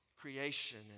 creation